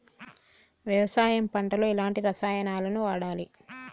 వ్యవసాయం పంట లో ఎలాంటి రసాయనాలను వాడాలి?